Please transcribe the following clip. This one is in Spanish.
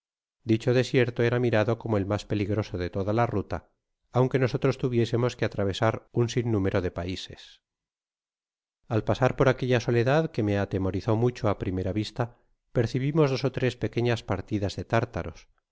dicho desierto era mirado como el mas peligroso de toda la ruta aunque nosotros tuviésemos que atravesar un sinnúmero de paises al pasar por aquella soledad que me atemorizó mucho á primera vista percibimos dos ó tres pequeñas partidas de tártaros